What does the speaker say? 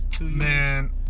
Man